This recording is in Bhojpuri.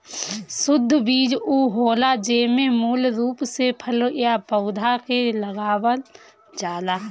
शुद्ध बीज उ होला जेमे मूल रूप से फल या पौधा के लगावल जाला